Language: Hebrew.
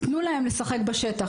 תנו להם לשחק בשטח,